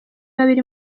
babiri